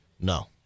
No